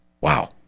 Wow